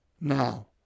now